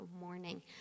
morning